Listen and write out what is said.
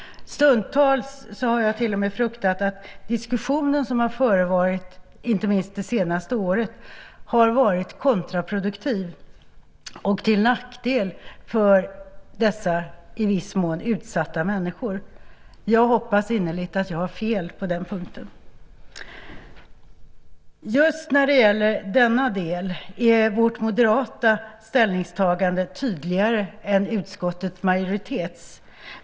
Stundtals har jag till och med fruktat att diskussionen som har förevarit, inte minst det senaste året, har varit kontraproduktiv och till nackdel för dessa i viss mån utsatta människor. Jag hoppas innerligt att jag har fel på den punkten. När det gäller just denna del är vårt moderata ställningstagande tydligare än utskottets majoritets.